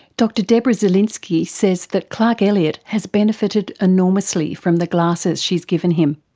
dr deborah zelinsky says that clark elliott has benefited enormously from the glasses she's given him,